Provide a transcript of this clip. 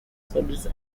solids